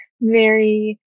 very-